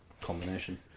combination